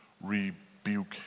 rebuke